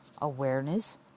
Awareness